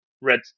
red